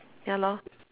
ya lor